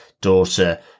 daughter